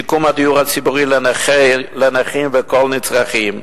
לשיקום הדיור הציבורי לנכים ולכל הנצרכים.